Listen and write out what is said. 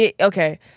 Okay